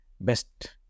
best